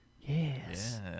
Yes